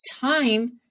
time